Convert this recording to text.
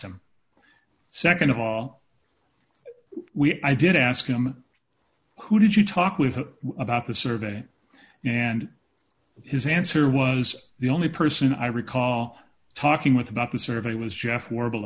him nd of all i did ask him who did you talk with about the survey and his answer was the only person i recall talking with about the survey was jeff warbl